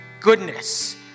goodness